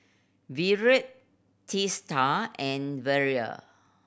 Virat Teesta and Vedre